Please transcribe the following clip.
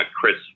Chris